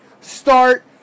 start